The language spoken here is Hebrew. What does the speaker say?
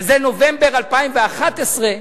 שזה נובמבר 2011,